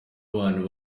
abantu